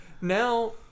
Now